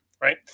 Right